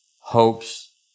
hopes